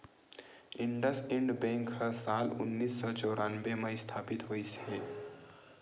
IndusInd bank ह साल उन्नीस सौ चैरानबे म इस्थापित होइस हे